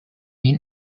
been